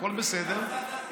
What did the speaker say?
הכול בסדר.